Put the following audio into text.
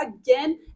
again